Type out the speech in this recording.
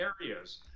areas